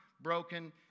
broken